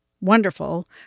wonderful